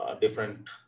different